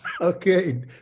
Okay